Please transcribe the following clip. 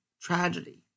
tragedy